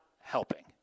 helping